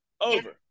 over